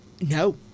no